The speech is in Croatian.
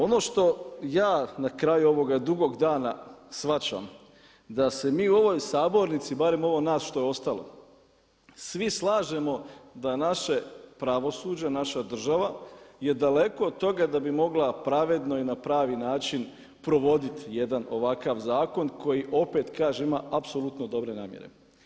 Ono što ja na kraju ovoga dugog dana shvaćam da se mi u ovoj sabornici, barem ovo nas što je ostalo svi slažemo da naše pravosuđe, naša država je daleko od toga da bi mogla pravedno i na pravi način provoditi jedan ovakav zakon koji opet kažem ima apsolutno dobre namjere.